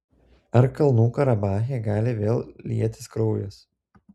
ar kalnų karabache gali vėl lietis kraujas